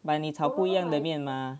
but 你炒不一样的面吗